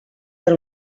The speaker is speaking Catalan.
per